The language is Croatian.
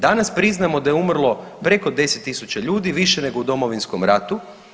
Danas priznajemo da je umrlo preko 10 tisuća ljudi, više nego u Domovinskom ratu.